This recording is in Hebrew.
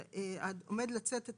שהוא עומד לצאת את